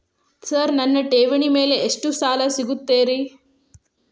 Sir ನನ್ನ ಠೇವಣಿ ಮೇಲೆ ಎಷ್ಟು ಸಾಲ ಸಿಗುತ್ತೆ ರೇ?